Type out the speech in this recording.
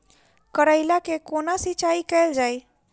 करैला केँ कोना सिचाई कैल जाइ?